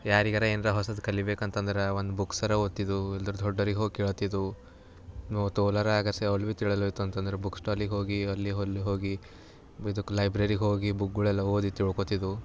ಯಾರಿಗಾರ ಏನಾರ ಹೊಸದು ಕಲಿಬೇಕು ಅಂತಂದ್ರೆ ಒಂದು ಬುಕ್ಸರ ಓದ್ತಿದ್ದೆವು ಇಲ್ಲ ದೊಡ್ಡೋರಿಗೆ ಹೋಗಿ ಕೇಳಲತ್ತಿದ್ದೆವು ನಾವು ತೋಲರ ಅಗರ್ಸೆ ಅವ್ರಿಗೆ ಭೀ ತಿಳಿಯಲ್ಲ ಹೋಯಿತು ಅಂತಂದ್ರೆ ಬುಕ್ ಸ್ಟಾಲಿಗೆ ಹೋಗಿ ಅಲ್ಲಿ ಅಲ್ಲಿಗೆ ಹೋಗಿ ಇದಕ್ಕೆ ಲೈಬ್ರರಿಗೆ ಹೋಗಿ ಬುಕ್ಗಳೆಲ್ಲ ಓದಿ ತಿಳ್ಕೊಳ್ತಿದ್ದೆವು